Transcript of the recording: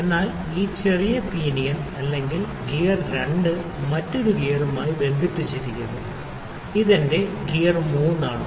അതിനാൽ ഈ ചെറിയ പിനിയൻ അല്ലെങ്കിൽ ഗിയർ 2 മറ്റൊരു ഗിയറുമായി ബന്ധിപ്പിച്ചിരിക്കുന്നു ഇത് എന്റെ ഗിയർ 3 ആണ്